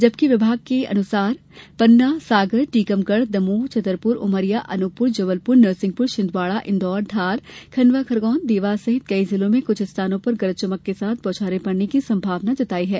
जबकि विभाग के अनुसार सागर पन्ना टीकमगढ़ दमोह छतरपुर उमरिया अनूपपुर जबलपुर नरसिंहपुर छिन्दवाड़ा इन्दौर धार खंडवा खरगोन देवास सहित कई जिलों में कुछ स्थानों पर गरज चमक के साथ बौछारे पड़ने की संभावना जताई गई है